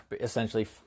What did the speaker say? essentially